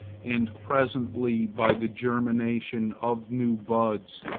and presently, by the germination of new buds,